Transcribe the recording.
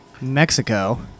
Mexico